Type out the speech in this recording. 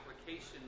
application